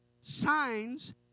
Signs